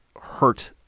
hurt